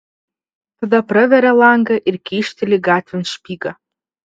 tada praveria langą ir kyšteli gatvėn špygą